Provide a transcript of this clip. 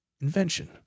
invention